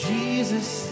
Jesus